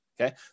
Okay